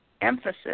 emphasis